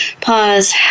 pause